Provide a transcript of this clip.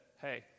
Hey